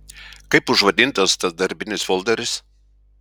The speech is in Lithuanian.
kaip užvadintas tas darbinis folderis